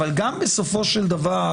אבל גם בסופו של דבר,